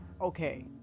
Okay